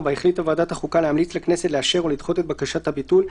(4) החליטה ועדת החוקה להמליץ לכנסת לאשר או לדחות את בקשת הביטול,